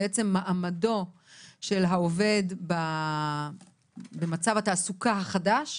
בעצם מעמדו של העובד במצב התעסוקה החדש.